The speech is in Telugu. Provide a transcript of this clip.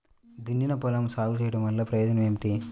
దున్నిన పొలంలో సాగు చేయడం వల్ల ప్రయోజనం ఏమిటి?